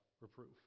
reproof